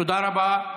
תודה רבה.